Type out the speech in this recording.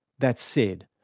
that said,